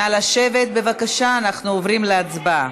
נא לשבת, בבקשה, אנחנו עוברים להצבעה.